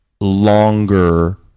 longer